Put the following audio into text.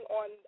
on